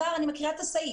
אני אקרא את הסעיף.